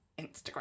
instagram